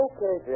Okay